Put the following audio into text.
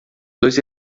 dois